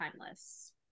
timeless